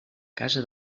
casa